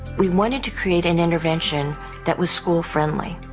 we wanted to create an intervention that was school friendly.